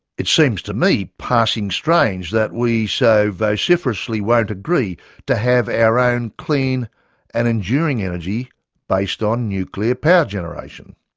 it seems to me passing strange that we so vociferously won't agree to have our own clean and enduring energy based on nuclear power generation.